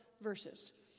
verses